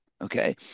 okay